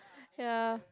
ya